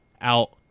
out